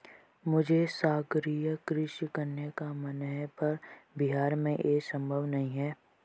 मुझे सागरीय कृषि करने का मन है पर बिहार में ये संभव नहीं है